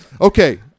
Okay